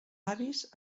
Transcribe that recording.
avis